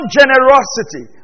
generosity